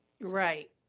Right